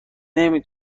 نمی